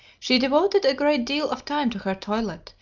she devoted a great deal of time to her toilet,